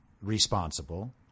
responsible